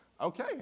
okay